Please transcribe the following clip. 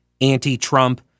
anti-Trump